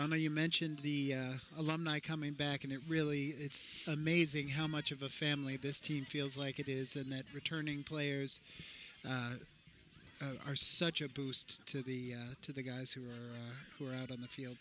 donna you mentioned the alumni coming back and it really it's amazing how much of a family this team feels like it is and that returning players are such a boost to the to the guys who are who are out on the field